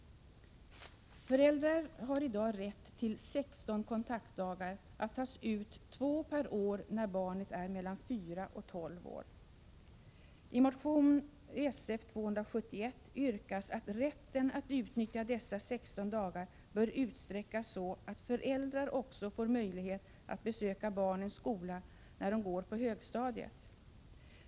Föräldrar har i dag rätt till 16 kontaktdagar att tas ut två per år när barnet är mellan 4 och 12 år. I motion Sf271 yrkas att rätten att utnyttja dessa 16 dagar bör utsträckas så, att föräldrar får möjlighet att besöka barnens skola också när de går på 147 högstadiet.